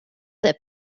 that